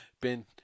Ben